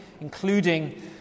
including